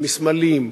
ומסמלים,